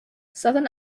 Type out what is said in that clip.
southern